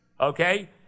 okay